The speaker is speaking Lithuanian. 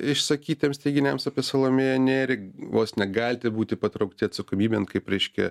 išsakytiems teiginiams apie salomėją nėrį vos negalite būti patraukti atsakomybėn kaip reiškia